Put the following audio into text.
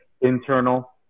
internal